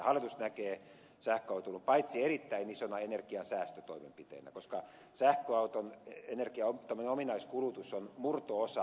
hallitus näkee sähköautoilun erittäin isona energiansäästötoimenpiteenä koska sähköauton energian ominaiskulutus on murto osa polttomoottoriauton kulutuksesta